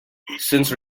since